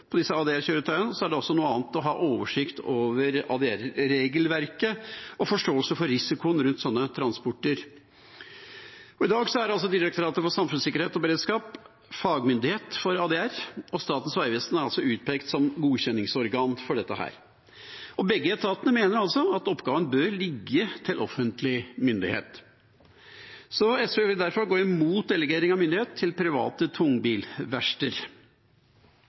på disse ADR-kjøretøyene, er det noe annet å ha oversikt over ADR-regelverket og forståelse av risikoen rundt sånne transporter. I dag er Direktoratet for samfunnssikkerhet og beredskap fagmyndighet for ADR, og Statens vegvesen er utpekt som godkjenningsorgan for dette. Begge etatene mener altså at oppgaven bør ligge til offentlig myndighet. SV vil derfor gå imot delegering av myndighet til private